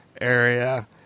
area